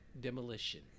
demolition